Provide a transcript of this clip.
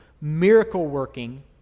miracle-working